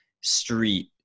street